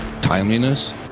timeliness